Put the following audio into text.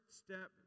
step